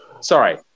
Sorry